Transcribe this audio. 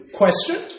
question